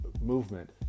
movement